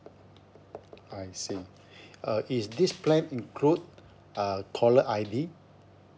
I see uh is this plan include uh caller I_D